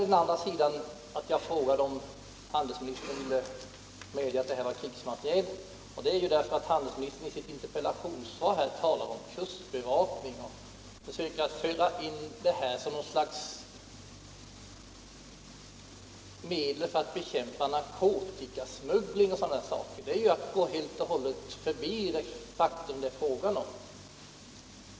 Den andra sidan berörde jag i min andra fråga, som gällde om han Om villkoren för delsministern medger att de sålda båtarna är krigsmateriel. Han talade i sitt interpellationssvar om kustbevakning och försökte göra gällande att de var något slags medel för att bekämpa narkotikasmuggling osv. Det är ju att gå helt och hållet förbi det faktum det är fråga om.